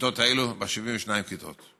בכיתות האלה, ב-72 כיתות.